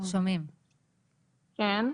פעמים בשבוע,